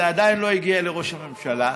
זה עדיין לא הגיע לראש הממשלה,